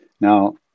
Now